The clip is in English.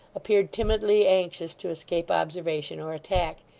appeared timidly anxious to escape observation or attack,